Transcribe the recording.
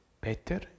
better